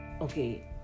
okay